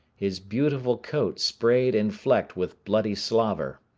his beautiful coat sprayed and flecked with bloody slaver.